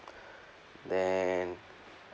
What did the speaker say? then